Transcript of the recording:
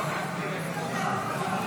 הסתייגות 27 לא נתקבלה.